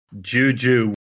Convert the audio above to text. Juju